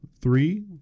three